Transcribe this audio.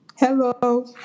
Hello